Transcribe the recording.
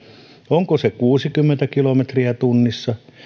onko se kuusikymmentä kilometriä tunnissa ja